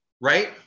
right